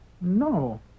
No